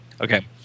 Okay